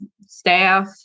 staff